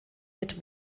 mit